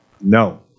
No